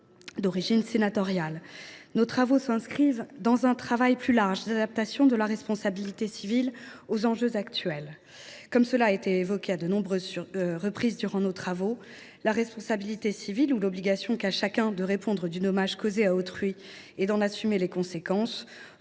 d’origine sénatoriale par le passé. Ce texte s’inscrit dans un travail plus large d’adaptation de la responsabilité civile aux enjeux actuels. Comme cela a été évoqué à de nombreuses reprises au cours de nos travaux, la responsabilité civile – ou l’obligation pour chacun de répondre du dommage causé à autrui et d’en assumer les conséquences